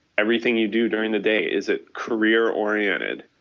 everything you do during the day is it career oriented.